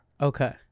Okay